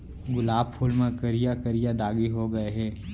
गुलाब फूल म करिया करिया दागी हो गय हे